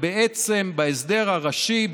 ובעצם בהסדר הראשי,